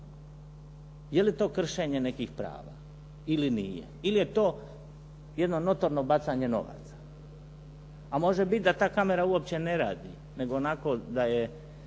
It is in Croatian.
Je li to kršenje nekih prava ili nije? Ili je to jedno notorno bacanje novaca? A može biti da ta kamera uopće ne radi, nego onako da je